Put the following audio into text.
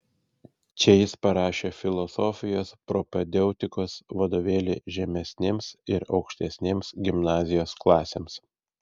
čia jis parašė filosofijos propedeutikos vadovėlį žemesnėms ir aukštesnėms gimnazijos klasėms